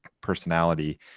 personality